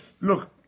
look